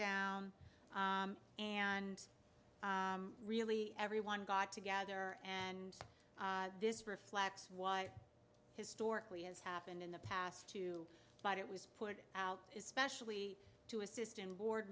down and really everyone got together and this reflects what historically has happened in the past too but it was put out especially to a system board